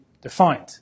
defined